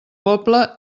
poble